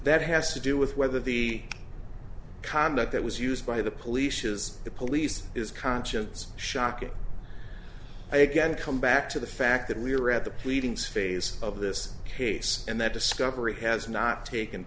that has to do with whether the conduct that was used by the police is the police is conscience shocking i again come back to the fact that we are at the pleadings phase of this case and that discovery has not taken